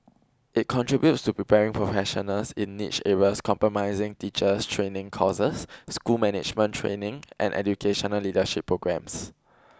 it contributes to preparing professionals in niche areas comprising teachers training courses school management training and educational leadership programs